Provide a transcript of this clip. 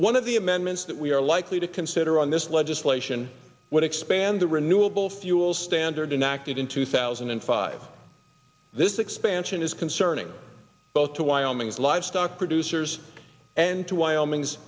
one of the amendments that we are likely to consider on this legislation would expand the renewable fuel standard enacted in two thousand and five this expansion is concerning both to wyoming and livestock users and two wyoming's